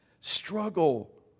struggle